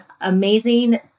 amazing